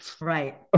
Right